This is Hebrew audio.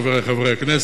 חברי חברי הכנסת,